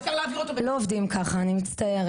לא עובדים ככה, אני מצטערת.